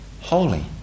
holy